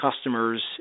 customers